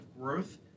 growth